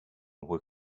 were